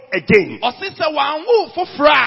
again